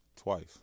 Twice